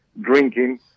drinking